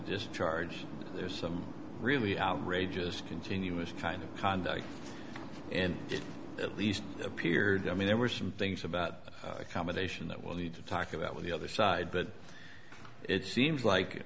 just charge there's some really outrageous continuous kind of conduct and it at least appeared i mean there were some things about accommodation that will need to talk about with the other side but it seems like